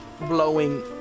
blowing